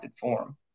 form